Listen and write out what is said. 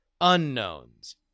unknowns